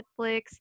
Netflix